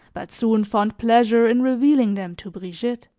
but soon found pleasure in revealing them to brigitte.